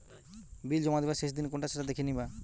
বিল জমা দিবার শেষ দিন কোনটা সেটা দেখে নিবা